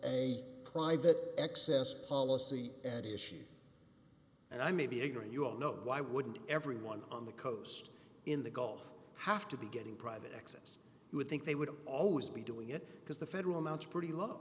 a private excess policy at issue and i may be ignoring you all know why wouldn't everyone on the coast in the gulf have to be getting private access would think they would always be doing it because the federal mounts are pretty low